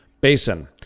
Basin